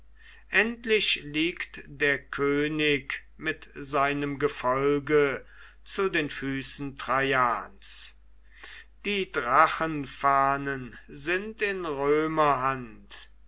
endlich liegt der könig mit seinem gefolge zu den füßen traians die drachenfahnen sind in